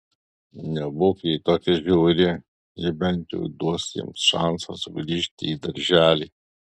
nebūk jai tokia žiauri ji bent jau duos jiems šansą sugrįžti į darželį